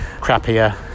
crappier